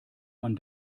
man